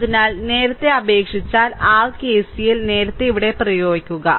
അതിനാൽ നേരത്തെ അപേക്ഷിച്ചാൽ r KCL നേരത്തെ ഇവിടെ പ്രയോഗിക്കുക